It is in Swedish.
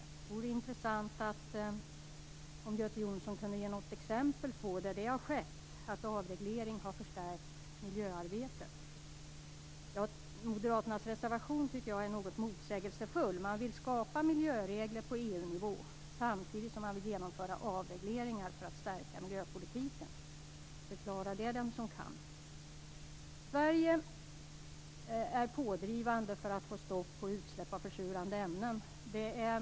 Det vore intressant om Göte Jonsson kunde ge exempel på att avreglering har förstärkt miljöarbetet. Jag tycker att moderaternas reservation är något motsägelsefull. Man vill skapa miljöregler på EU nivå, samtidigt som man vill genomföra avregleringar för att stärka miljöpolitiken. Förklara det den som kan! Sverige är pådrivande när det gäller att få stopp på utsläpp av försurande ämnen.